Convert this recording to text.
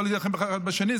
לא להילחם אחד בשני,